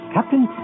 Captain